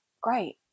great